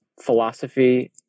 philosophy